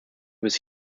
was